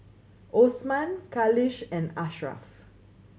Osman Khalish and Ashraff